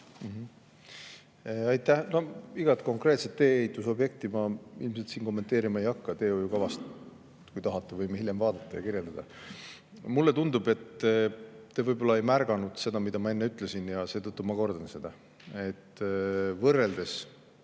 Aitäh! No igat konkreetset tee-ehitusobjekti ma ilmselt siin kommenteerima ei hakka. Teehoiukavast, kui tahate, võime hiljem vaadata ja neid kirjeldada. Mulle tundub, et te ei märganud seda, mida ma enne ütlesin, ja seetõttu ma kordan seda. Võrreldes